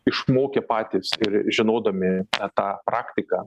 išmokę patys ir žinodami tą praktiką